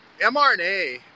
MRNA